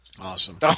Awesome